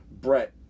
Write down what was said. Brett